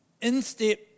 instep